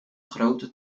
grote